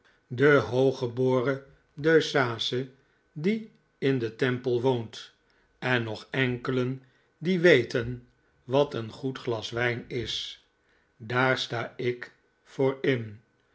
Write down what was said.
de hooggeboren deuceace die in de temple woont en nog enkelen die weten wat een goed glas wijn is daar sta ik voor in